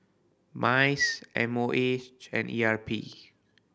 MICE M O H and E R P